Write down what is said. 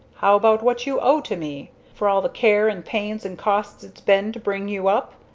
how about what you owe to me for all the care and pains and cost it's been to bring you up.